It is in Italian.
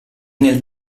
nel